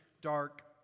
dark